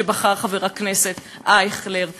שבהן בחר חבר הכנסת אייכלר להשתמש.